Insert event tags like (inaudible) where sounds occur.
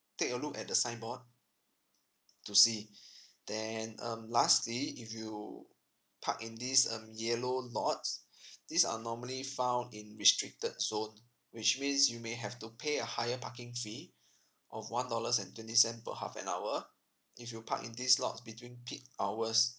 take a look at the signboard to see (breath) then um lastly if you park in this um yellow lots (breath) these are normally found in restricted zone which means you may have to pay a higher parking fee (breath) of one dollars and twenty cent per half an hour if you park in these lots between peak hours